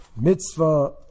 mitzvah